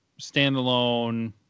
standalone